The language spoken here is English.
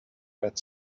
red